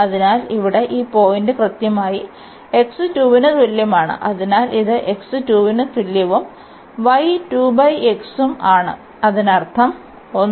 അതിനാൽ ഇവിടെ ഈ പോയിന്റ് കൃത്യമായി x 2 ന് തുല്യമാണ് അതിനാൽ ഇത് x 2 ന് തുല്യവും y ഉം ആണ് അതിനർത്ഥം 1